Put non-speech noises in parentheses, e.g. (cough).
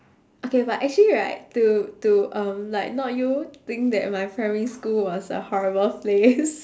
okay but actually right to to um like not you think that my primary school was a horrible place (noise)